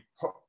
put